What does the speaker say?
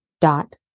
dot